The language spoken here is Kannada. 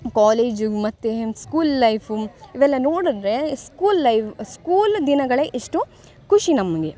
ಕಾಲೇಜು ಮತ್ತು ಸ್ಕೂಲ್ ಲೈಫು ಇವೆಲ್ಲ ನೋಡಿದ್ರೆ ಸ್ಕೂಲ್ ಲೈ ಸ್ಕೂಲ್ ದಿನಗಳೇ ಎಷ್ಟೋ ಖುಷಿ ನಮಗೆ